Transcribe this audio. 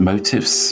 motives